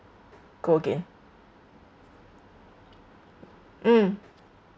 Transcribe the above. go again mm